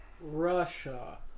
Russia